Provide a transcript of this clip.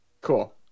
Cool